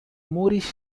moorish